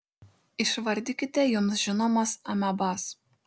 išvardykite jums žinomas amebas